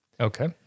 Okay